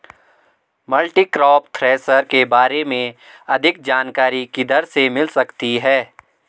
Multicrop thresher के बारे में अधिक जानकारी किधर से मिल सकती है?